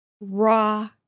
raw